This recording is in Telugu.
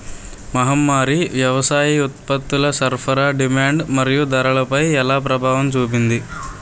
మహమ్మారి వ్యవసాయ ఉత్పత్తుల సరఫరా డిమాండ్ మరియు ధరలపై ఎలా ప్రభావం చూపింది?